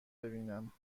ببینم